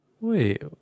Wait